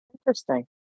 Interesting